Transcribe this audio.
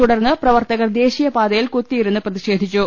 തുടർന്ന് പ്രവർത്തകർ ദേശീയപാതയിൽ കുത്തിയിരുന്നു പ്രതിഷേധിച്ചു